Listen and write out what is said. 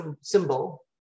symbol